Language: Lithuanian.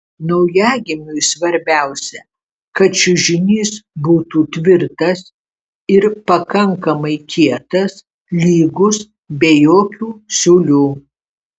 naujagimiui svarbiausia kad čiužinys būtų tvirtas ir pakankamai kietas lygus be jokių siūlių